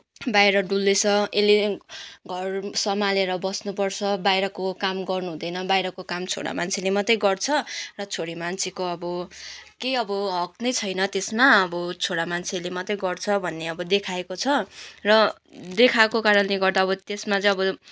बाहिर डुल्दैछ यसले घर सम्हालेर बस्नुपर्छ बाहिरको काम गर्नुहुँदैन बाहिरको काम छोरा मान्छेले मात्रै गर्छ र छोरी मान्छेको अब केही अब हक नै छैन त्यसमा अब छोरा मान्छेले मात्रै गर्छ भन्ने अब देखाएको छ र देखाएको कारणले गर्दा त्यसमा चाहिँ अब